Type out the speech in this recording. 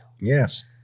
Yes